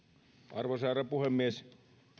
arvoisa herra puhemies